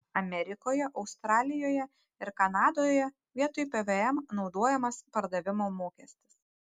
amerikoje australijoje ir kanadoje vietoj pvm naudojamas pardavimo mokestis